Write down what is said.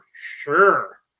sure